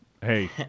Hey